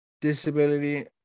disability